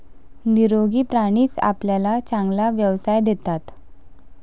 निरोगी प्राणीच आपल्याला चांगला व्यवसाय देतात